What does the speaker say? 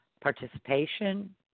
participation